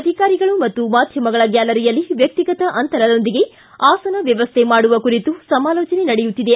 ಅಧಿಕಾರಿಗಳು ಮತ್ತು ಮಾಧ್ಯಮಗಳ ಗ್ಯಾಲರಿಯಲ್ಲಿ ವಕ್ಷಿಗತ ಅಂತರದೊಂದಿಗೆ ಆಸನ ವ್ಯವಸ್ಥೆ ಮಾಡುವ ಕುರಿತು ಸಮಾಲೋಚನೆ ನಡೆಯುತ್ತಿದೆ